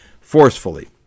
forcefully